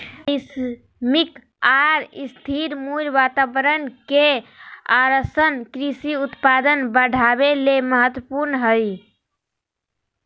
पारिश्रमिक आर स्थिर मूल्य वातावरण के आश्वाशन कृषि उत्पादन बढ़ावे ले महत्वपूर्ण हई